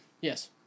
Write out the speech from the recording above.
Yes